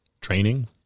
Training